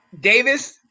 Davis